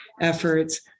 efforts